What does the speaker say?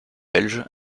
belge